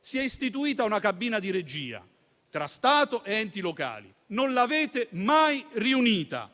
si è istituita una cabina di regia tra Stato ed enti locali, ma non l'avete mai riunita.